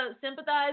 sympathize